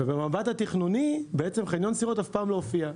ובמבט התכנוני, חניון סירות בעצם לא הופיע אף פעם.